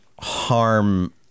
harm